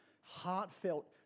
heartfelt